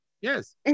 Yes